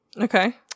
okay